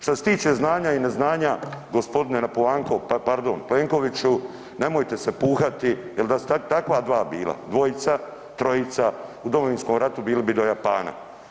Što se tiče znanja i neznanja gospodine napuvanko, pardon Plenkoviću nemojte se puhati jel da su takva dva bila, dvojica, trojica u Domovinskom ratu bili bi do Japana.